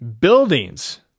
buildings